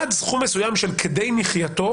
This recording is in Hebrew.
עד סכום מסוים כדי מחייתו